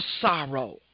sorrow